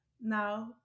now